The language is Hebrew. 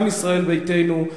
גם ישראל ביתנו.